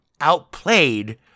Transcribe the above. outplayed